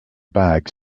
bags